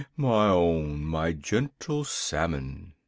my own, my gentle salmon!